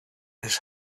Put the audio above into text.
his